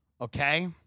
okay